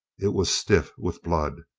it was stiff with blood.